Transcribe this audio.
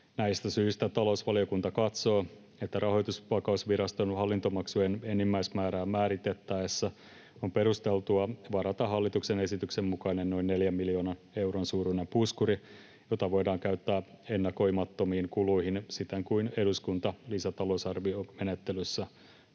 Näistä syistä talousvaliokunta katsoo, että Rahoitusvakausviraston hallintomaksujen enimmäismäärää määritettäessä on perusteltua varata hallituksen esityksen mukainen noin 4 miljoonan euron suuruinen puskuri, jota voidaan käyttää ennakoimattomiin kuluihin siten kuin eduskunta lisätalousarviomenettelyssä